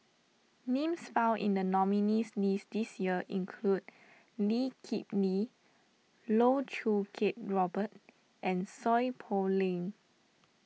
names found in the nominees' list this year include Lee Kip Lee Loh Choo Kiat Robert and Seow Poh Leng